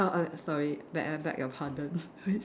err err sorry may I beg your pardon